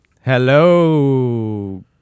Hello